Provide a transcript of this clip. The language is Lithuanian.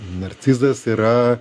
narcizas yra